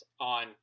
on